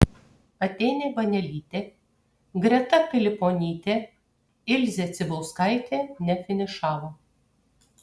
atėnė banelytė greta piliponytė ilzė cibulskaitė nefinišavo